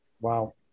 Wow